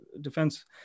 defense